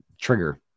trigger